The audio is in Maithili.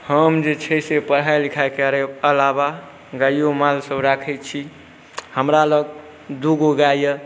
हम जे छै से पढ़ाइ लिखाइ करैके अलावा गाइओ मालसब राखै छी हमरालग दुइ गो गाइ अइ